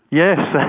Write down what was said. yes!